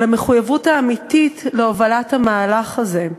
על המחויבות האמיתית להובלת המהלך הזה.